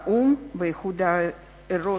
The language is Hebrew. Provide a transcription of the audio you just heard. באו"ם, באיחוד האירופי.